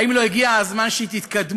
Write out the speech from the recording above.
האם לא הגיע הזמן שתתקדמו?